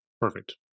perfect